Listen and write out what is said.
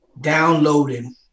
downloading